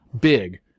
big